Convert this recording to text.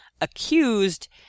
accused